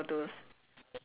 ya just hit